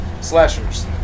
Slashers